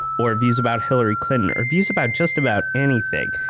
or views about hillary clinton? or views about just about anything?